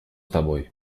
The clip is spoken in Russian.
тобой